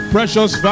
Precious